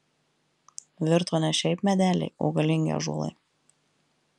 virto ne šiaip medeliai o galingi ąžuolai